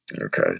Okay